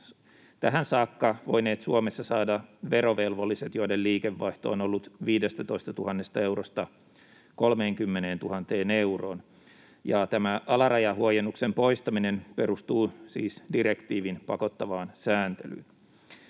tähän saakka voineet Suomessa saada verovelvolliset, joiden liikevaihto on ollut 15 000 eurosta 30 000 euroon. Tämä alarajahuojennuksen poistaminen perustuu siis direktiivin pakottavaan sääntelyyn.